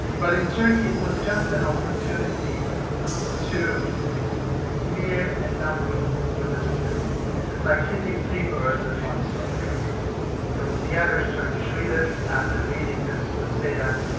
but in turkey it was just an opportunity to smear a number of religious communities. it's like hitting three birds with one stone because the average turkish reader after reading this would say that,